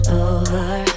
over